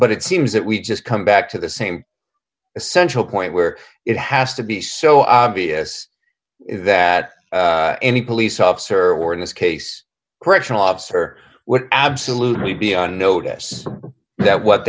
but it seems that we just come back to the same essential point where it has to be so obvious that any police officer or in this case correctional officer would absolutely be on notice that what